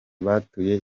batuye